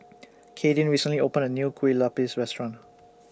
Kadyn recently opened A New Kueh Lupis Restaurant